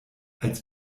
als